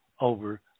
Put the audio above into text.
over